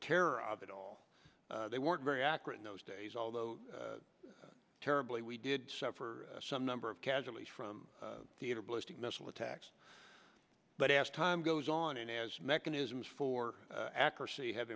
error of it all they weren't very accurate in those days although terribly we did suffer some number of casualties from the other ballistic missile attacks but as time goes on and as mechanisms for accuracy have